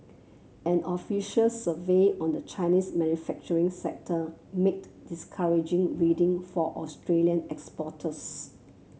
an official survey on the Chinese manufacturing sector made discouraging reading for Australian exporters